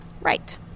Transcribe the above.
Right